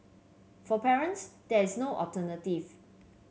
for parents there is no alternative